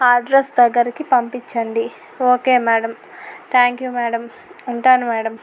ఆ అడ్రస్ దగ్గరికి పంపిచండి okay madam thank you madam ఉంటాను మ్యాడమ్